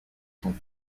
son